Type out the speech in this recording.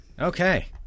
Okay